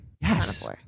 Yes